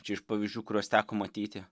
čia iš pavyzdžių kuriuos teko matyti